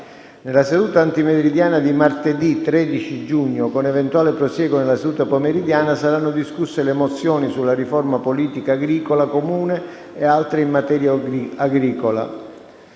Nella seduta antimeridiana di martedì 13 giugno, con eventuale prosieguo nella seduta pomeridiana, saranno discusse le mozioni sulla riforma della politica agricola comune e altre in materia agricola.